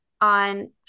on